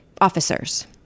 officers